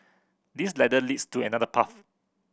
this ladder leads to another path